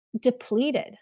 depleted